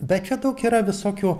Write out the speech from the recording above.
bet čia daug yra visokių